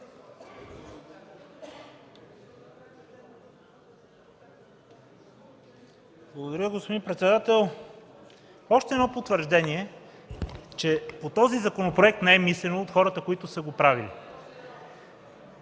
Благодаря, господин председател. Още едно потвърждение, че по този законопроект не е мислено от хората, които са го правили.